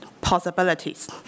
possibilities